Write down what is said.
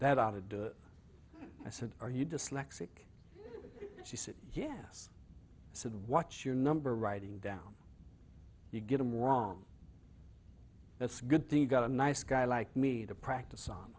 that ought to do it i said are you dyslexic she said yes said what's your number writing down you get i'm wrong it's good thing you got a nice guy like me to practice on